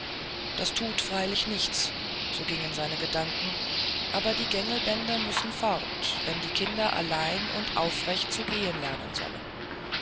das tut's freilich nicht so gingen seine gedanken aber die gängelbänder müssen fort wenn die kinder allein und aufrecht zu gehen lernen sollen